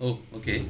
oh okay